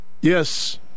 Yes